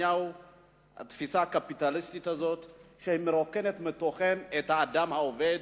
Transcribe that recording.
התפיסה הקפיטליסטית הזאת מרוקנת מתוכן את האדם העובד,